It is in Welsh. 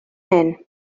hyn